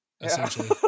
Essentially